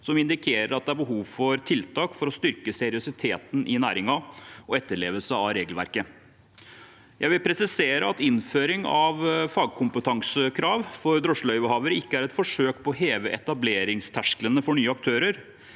Det indikerer at det er behov for tiltak for å styrke seriøsiteten i næringen og etterlevelse av regelverket. Jeg vil presisere at innføring av fagkompetansekrav for drosjeløyvehavere ikke er et forsøk på å heve etableringstersklene for nye aktører.